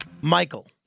Michael